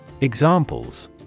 Examples